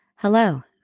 Hello